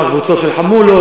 קבוצות של חמולות,